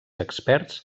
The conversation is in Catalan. experts